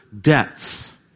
debts